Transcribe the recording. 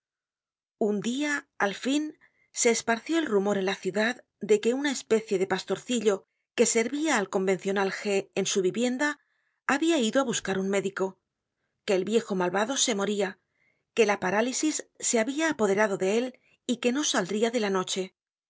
un dia al fin se esparció el rumor en la ciudad de que una especie de pastorcillo que servia al convencional g en su vivienda habia ido á buscar un médico que el viejo malvado se moria que la parálisis se habia'apoderado de él y que no saldria de la noche